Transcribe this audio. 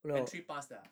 entry pass 的啊